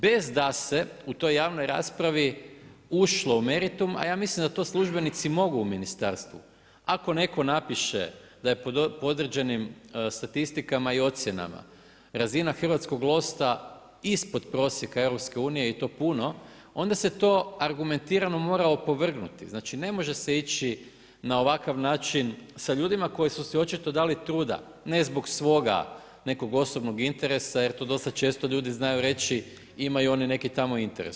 Bez da se u toj javnoj raspravi ušlo u meritum, a ja mislim da službenici to mogu u ministarstvu, ako netko napiše da je po određenim statistikama i ocjenama razina hrvatskom lovstva ispod prosjeka EU-a i to puno, onda se to argumentirano mora opovrgnuti, znači ne može se ići na ovakav način sa ljudima koji su si očito dali truda ne zbog svoga nekog osobnog interesa jer tu dosta često ljudi znaju reći imaju oni neki tamo interes.